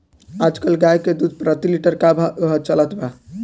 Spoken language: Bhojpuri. आज कल गाय के दूध प्रति लीटर का भाव चलत बा?